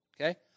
okay